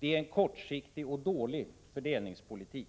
Det är en kortsiktig och dålig fördelningspolitik.